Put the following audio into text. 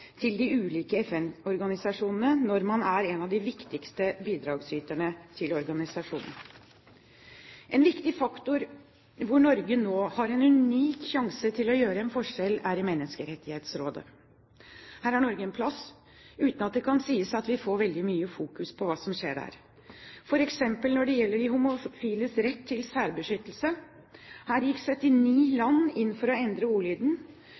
til de ulike FN-organisasjonene når man er en av de viktigste bidragsyterne til organisasjonen. En viktig faktor hvor Norge nå har en unik sjanse til å gjøre en forskjell, er i Menneskerettighetsrådet. Her har Norge en plass uten at det kan sies at vi får veldig mye fokus på hva som skjer der. For eksempel når det gjelder de homofiles rett til særbeskyttelse, gikk 79 land inn for å endre ordlyden,